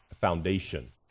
foundation